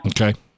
Okay